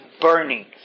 burning